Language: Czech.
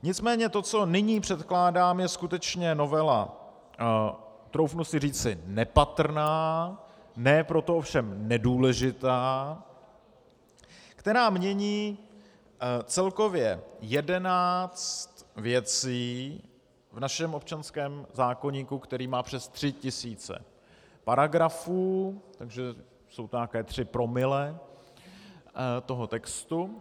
Nicméně to, co nyní předkládám, je skutečně novela troufnu si říci nepatrná, ne proto ovšem nedůležitá, která mění celkově jedenáct věcí v našem občanském zákoníku, který má přes tři tisíce paragrafů, takže jsou to nějaká tři promile textu.